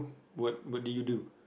what what did you do